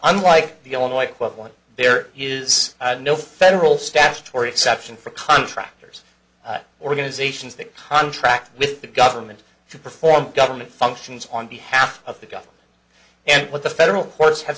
unlike the illinois one there is no federal statutory exception for contractors organizations that contract with the government to perform government functions on behalf of the guy and what the federal courts have